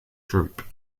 drupe